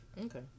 Okay